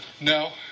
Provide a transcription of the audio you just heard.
No